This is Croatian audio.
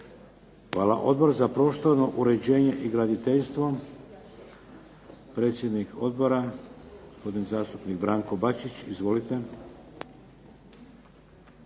Hvala. Odbor za prostorno uređenje i graditeljstvo? Predsjednik odbora, gospodin zastupnik Branko Bačić. Izvolite.